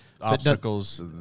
obstacles